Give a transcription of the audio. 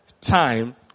time